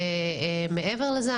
ומעבר לזה,